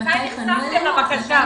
מתי נחשפת לבקשה?